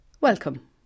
Welcome